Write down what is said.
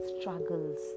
struggles